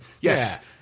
yes